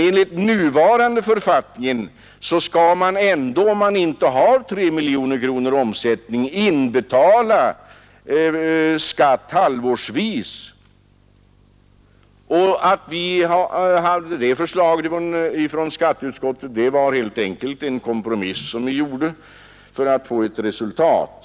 Enligt nuvarande författning skall skatten, även om annonsintäkterna inte uppgår till 3 miljoner kronor, inbetalas för att sedan halvårsvis återbetalas. Detta förslag från skatteutskottet förra året var helt enkelt en kompromiss för att vi skulle uppnå ett resultat.